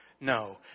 No